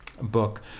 book